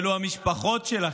הם המשפחות שלכם,